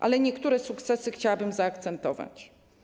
Ale niektóre sukcesy chciałabym zaakcentować.